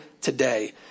today